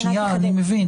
אני מבין.